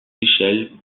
échelles